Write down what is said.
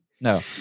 no